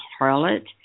harlot